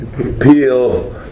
Peel